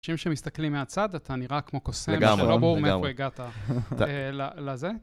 אנשים שמסתכלים מהצד אתה נראה כמו קוסם שלא ברור מאיפה הגעת לזה.